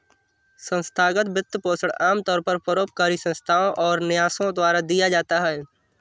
संस्थागत वित्तपोषण आमतौर पर परोपकारी संस्थाओ और न्यासों द्वारा दिया जाता है